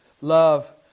love